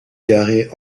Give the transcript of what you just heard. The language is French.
garée